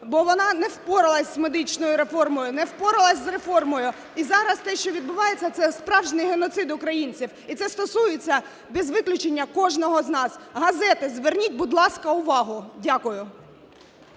бо вона не впоралась з медичною реформою, не впоралася з реформою. І зараз те, що відбувається, це справжній геноцид українців. І це стосується без виключення кожного з нас. Газети, зверніть, будь ласка, увагу. Дякую.